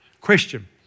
Question